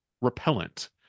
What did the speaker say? repellent